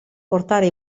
portare